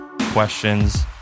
questions